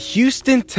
Houston